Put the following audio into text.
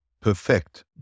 perfect